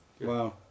Wow